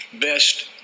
best